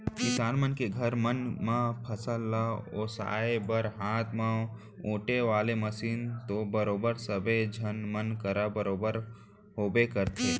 किसान मन के घर मन म फसल ल ओसाय बर हाथ म ओेटे वाले मसीन तो बरोबर सब्बे झन मन करा बरोबर होबे करथे